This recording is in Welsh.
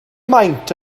maint